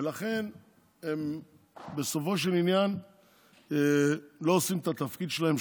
ולכן הם בסופו של עניין לא עושים את התפקיד שלהם,